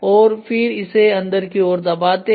और फिर इसे अंदर की ओर दबाते है